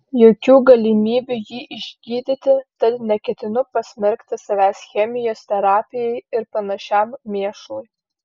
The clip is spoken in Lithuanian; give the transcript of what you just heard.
jokių galimybių jį išgydyti tad neketinu pasmerkti savęs chemijos terapijai ir panašiam mėšlui